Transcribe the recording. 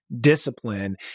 discipline